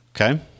Okay